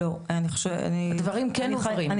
הדברים כן עוברים.